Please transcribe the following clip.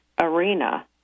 arena